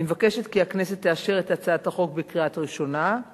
אני מבקשת כי הכנסת תאשר את הצעת החוק בקריאה ראשונה,